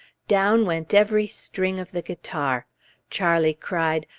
down went every string of the guitar charlie cried,